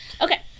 Okay